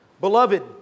Beloved